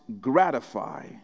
gratify